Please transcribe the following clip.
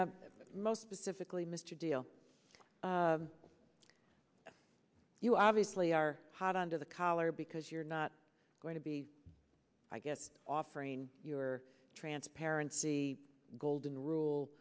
and most specifically mr deal you obviously are hot under the collar because you're not going to be i guess offering your transparency golden rule